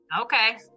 okay